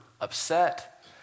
upset